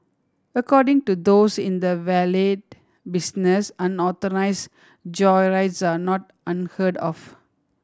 according to those in the valet business unauthorised joyrides are not unheard of